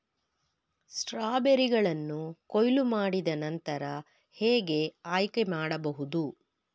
ಸ್ಟ್ರಾಬೆರಿಗಳನ್ನು ಕೊಯ್ಲು ಮಾಡಿದ ನಂತರ ಹೇಗೆ ಆಯ್ಕೆ ಮಾಡಬಹುದು?